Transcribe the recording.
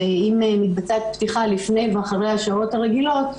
שאם מתבצעת פתיחה לפני ואחרי השעות הרגילות,